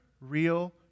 real